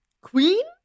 Queen